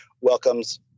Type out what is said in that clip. welcomes